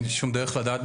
אין שום דרך לדעת.